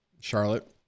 Charlotte